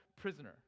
prisoner